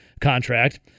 contract